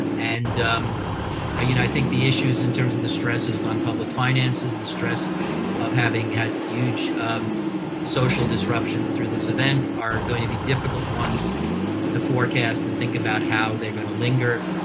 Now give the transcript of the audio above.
and i you know think the issues in terms of the stresses on public finances, the stress of having had huge social disruptions through this event, are going to be difficult ones to forecast and think about how they're going to linger.